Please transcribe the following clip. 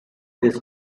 his